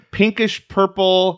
pinkish-purple